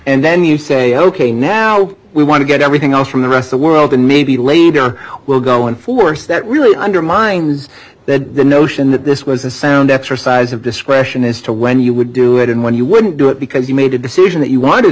and then you see ok now we want to get everything else from the rest the world and maybe later we'll go one force that really undermines the notion that this was a sound exercise of discretion as to when you would do it and when you wouldn't do it because you made a decision that you wanted